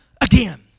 again